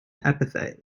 epithet